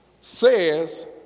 says